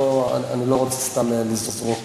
אני לא רוצה סתם לזרוק.